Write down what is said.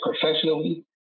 professionally